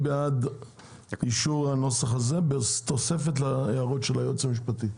מי בעד אישור הנוסח הזה בתוספת ההערות של היועץ המשפטי?